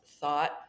thought